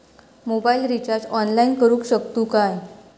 Mobile recharge online करुक शकतू काय?